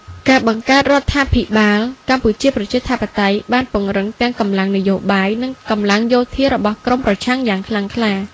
ការបង្កើតរដ្ឋាភិបាលកម្ពុជាប្រជាធិបតេយ្យ បានពង្រឹងទាំងកម្លាំងនយោបាយ និងកម្លាំងយោធារបស់ក្រុមប្រឆាំងយ៉ាងខ្លាំងក្លា។